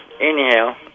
anyhow